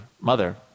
mother